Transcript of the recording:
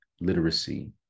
literacy